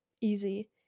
easy